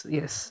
yes